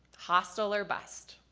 hostel or bust.